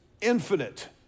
infinite